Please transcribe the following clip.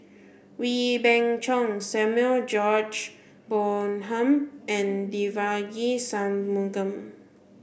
Wee Beng Chong Samuel George Bonham and Devagi Sanmugam